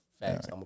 Facts